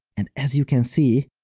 and as you can see,